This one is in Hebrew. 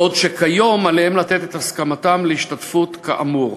כיום עליהם לתת את הסכמתם להשתתפות כאמור.